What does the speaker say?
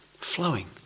flowing